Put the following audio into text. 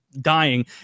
dying